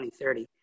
2030